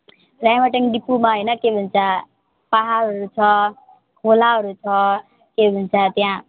राइमटाङ डिपूमा होइन के भन्छ पाहाडहरू छ खोलाहरू छ के भन्छ त्यहाँ